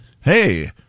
Hey